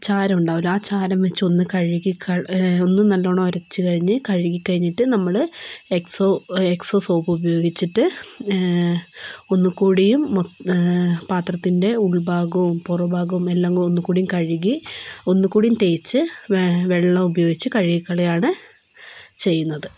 ചാരം ഉണ്ടാവുമല്ലോ ആ ചാരം വച്ച് ഒന്ന് കഴുകി ഒന്ന് നല്ലോണം ഉരച്ചു കഴിഞ്ഞ് കഴുകി കഴിഞ്ഞിട്ട് നമ്മൾ എക്സോ എക്സോ സോപ്പ് ഉപയോഗിച്ചിട്ട് ഒന്നുകൂടിയും പാത്രത്തിന്റെ ഉൾഭാഗവും പുറംഭാഗവും എല്ലാം ഒന്നുകൂടിയും കഴുകി ഒന്നുകൂടിയും തേച്ച് വെള്ളം ഉപയോഗിച്ച് കഴുകിക്കളയുകയാണ് ചെയ്യുന്നത്